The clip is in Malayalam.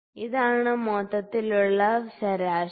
ഇതാണ് മൊത്തത്തിലുള്ള ശരാശരി